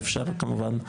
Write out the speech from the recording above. אפשר כמובן,